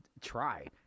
try